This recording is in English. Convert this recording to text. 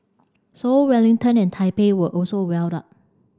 Seoul Wellington and Taipei were also well up